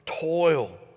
toil